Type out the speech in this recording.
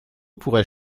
pourrais